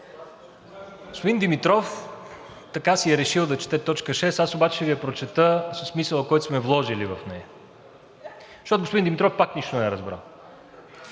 Господин Димитров така си е решил да чете точка 6. Аз обаче ще Ви я прочета със смисъла, който сме вложили в нея, защото господин Димитров пак нищо не е разбрал,